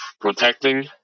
protecting